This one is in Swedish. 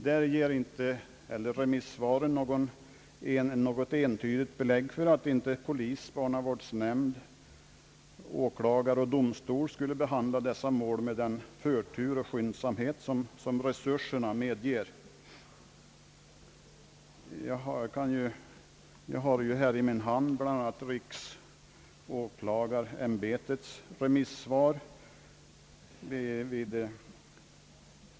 Inte heller i den delen ger remissvaren något entydigt belägg för att inte polis, barnavårdsnämnd, åklagare och domstol skulle behandla dessa mål med den förtur och skyndsamhet som resurserna medger. Jag har i min hand bl.a. riksåklagarämbetets remissvar.